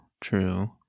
True